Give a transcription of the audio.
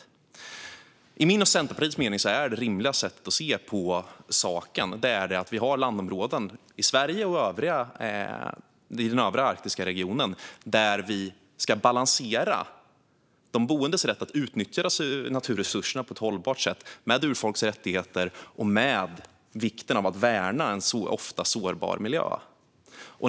Enligt min och Centerpartiets mening är det rimliga sättet att se på saken att vi har landområden i Sverige och i den övriga arktiska regionen där vi ska balansera de boendes rätt att utnyttja naturresurserna på ett hållbart sätt med urfolks rättigheter och med vikten av att värna en ofta sårbar miljö.